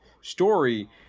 story